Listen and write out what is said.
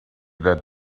that